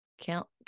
count